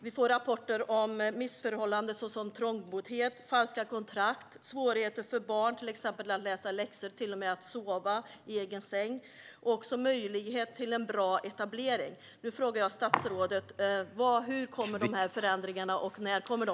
Vi får rapporter om missförhållanden såsom trångboddhet och falska kontrakt, om svårigheter för barn att till exempel läsa läxor och till och med sova i egen säng och om brist på möjligheter till bra etablering. Nu frågar jag statsrådet: Hur kommer de här förändringarna att se ut, och när kommer de?